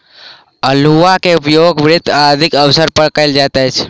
अउलुआ के उपयोग व्रत आदिक अवसर पर कयल जाइत अछि